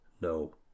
No